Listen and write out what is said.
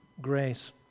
grace